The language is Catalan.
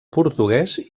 portuguès